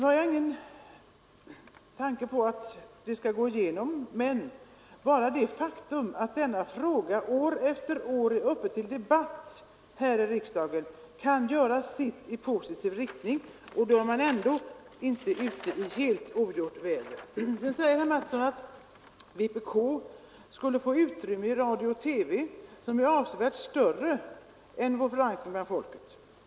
Jag tror inte att min reservation kommer att bifallas, men bara det faktum att denna fråga år efter år debatteras här i riksdagen kan göra sitt i positiv riktning, och då är man ändå inte ute i ogjort väder. Sedan säger herr Mattsson att vpk skulle få ett utrymme i radio och TV som är avsevärt större än vad dess förankring bland folket skulle motivera.